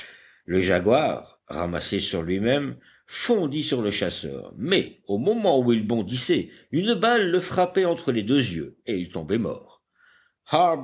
le jaguar ramassé sur lui-même fondit sur le chasseur mais au moment où il bondissait une balle le frappait entre les deux yeux et il tombait mort